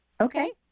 Okay